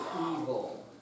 evil